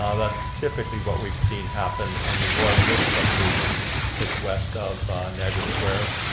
ah that's typically what we've seen happen in the ward with subdivision just west of niagara square,